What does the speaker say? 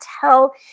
tell